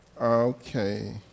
okay